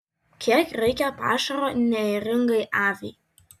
kiek reikia pašaro neėringai aviai